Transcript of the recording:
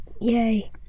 Yay